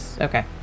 okay